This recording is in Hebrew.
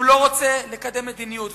שהוא לא רוצה לקדם מדיניות.